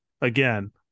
again